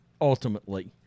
ultimately